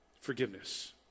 Forgiveness